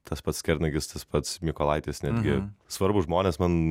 tas pats kernagis tas pats mykolaitis netgi svarbūs žmonės man